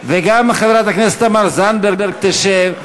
וגם חברת הכנסת תמר זנדברג תשב.